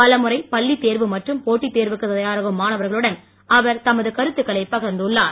பல முறை பள்ளித் தேர்வு மற்றும் போட்டித் தேர்வுக்கு தயாராகும் மாணவர்களுடன் அவர் தமது கருத்துக்களை பகிர்ந்துள்ளார்